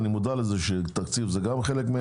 אני מודע לזה שתקציב הוא גם חלק.